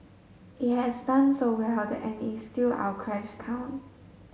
it has done so well that and is still our cash cow